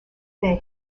their